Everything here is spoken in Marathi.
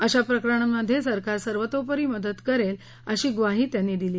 अशा प्रकरणांमध्ये सरकार सर्वतोपरी मदत करेल अशी ग्वाही त्यांनी दिली